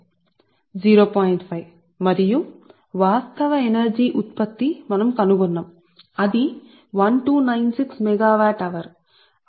5 ఇవ్వబడింది ఇది సరే మరియు వాస్తవ శక్తి ఉత్పత్తి అవుతుంది మీకు ఇప్పటికే 1296 మెగావాట్ల అవరువచ్చింది ఇది కూడా మీకు వచ్చింది